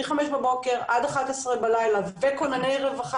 מחמש בבוקר עד אחת עשרה בלילה וכונני רווחה